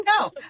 No